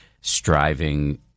striving –